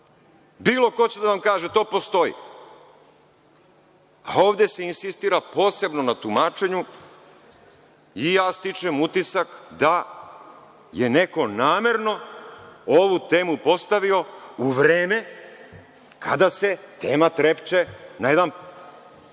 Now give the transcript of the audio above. Bilo ko će da vam kaže, to postoji, a ovde se insistira posebno na tumačenju. Stičem utisak da je neko namerno ovu temu postavio u vreme kada se tema „Trepče“ na jedan